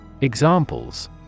Examples